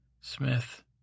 Smith